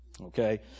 Okay